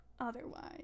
otherwise